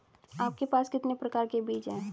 आपके पास कितने प्रकार के बीज हैं?